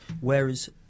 Whereas